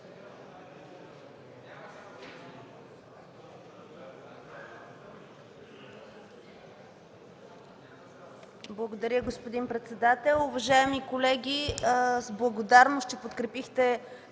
Благодаря Ви, господин председател.